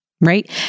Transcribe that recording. Right